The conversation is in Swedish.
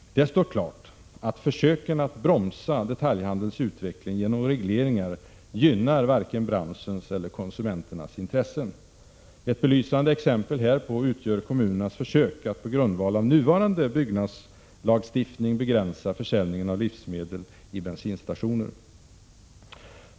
Det står klart att försöken att bromsa detaljhandelns utveckling genom regleringar inte gynnar vare sig branschens eller konsumenternas intressen. Ett belysande exempel härpå utgör kommunernas försök att på grundval av nuvarande byggnadslagstiftning begränsa försäljningen av livsmedel i bensinstationer.